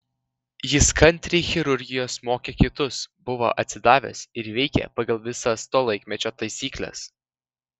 jis kantriai chirurgijos mokė kitus buvo atsidavęs ir veikė pagal visas to laikmečio taisykles